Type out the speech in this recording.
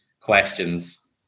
questions